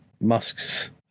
Musk's